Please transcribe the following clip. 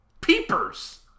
peepers